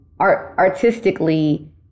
artistically